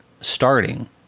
starting